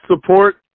support